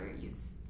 use